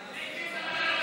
(אומר דברים בשפה הערבית,